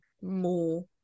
more